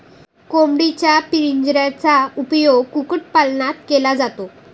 कोंबडीच्या पिंजऱ्याचा उपयोग कुक्कुटपालनात केला जातो